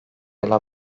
yıla